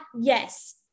yes